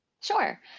Sure